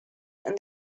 and